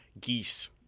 Geese